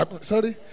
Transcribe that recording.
Sorry